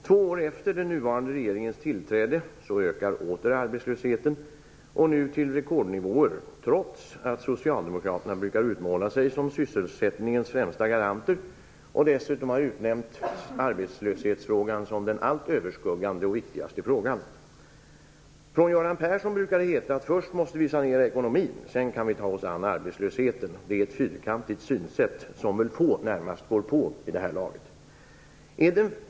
Två år efter den nuvarande regeringens tillträde ökar åter arbetslösheten, och nu till rekordnivåer, trots att socialdemokraterna brukar utmåla sig som sysselsättningens främsta garanter och dessutom har utnämnt arbetslöshetsfrågan som den allt överskuggande och viktigaste frågan. Från Göran Perssons sida brukar det heta att vi först måste sanera ekonomin och att vi sedan kan vi ta oss an arbetslösheten. Detta är ett fyrkantigt synsätt, som väl få går på vid det här laget.